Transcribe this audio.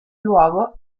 luogo